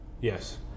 Yes